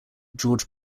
george